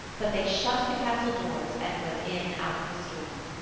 but they shut the castle doors and went in out of the storm.